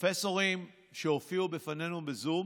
פרופסורים שהופיעו בפנינו בזום